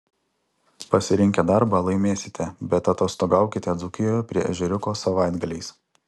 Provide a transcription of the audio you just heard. pasirinkę darbą laimėsite bet atostogaukite dzūkijoje prie ežeriuko savaitgaliais